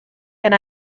and